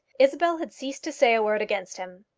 isabel had ceased to say a word against him.